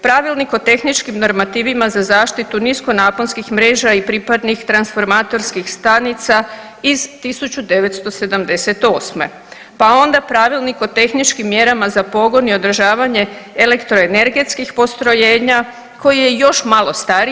Pravilnik o tehničkim normativima za zaštitu niskonaponskih mreža i pripadnih transformatorskih stanica iz 1978., pa onda Pravilnik o tehničkim mjerama za pogon i održavanje elektroenergetskih postrojenja koji je još malo stariji.